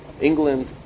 England